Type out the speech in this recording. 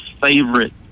favorite